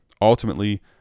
ultimately